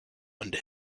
under